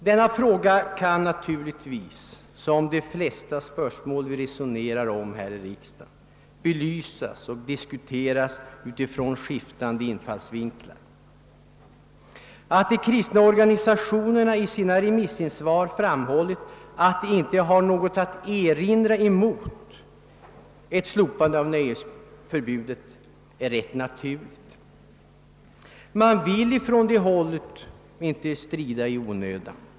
Denna fråga kan naturligtvis som de flesta spörsmål vi resonerar om här i riksdagen belysas och diskuteras utifrån skiftande infallsvinklar. Att de kristna organisationerna i sina remisssvar har framhållit att de inte har något att erinra mot ett slopande av nöjesförbudet är rätt naturligt. Man vill från det hållet inte strida i onödan.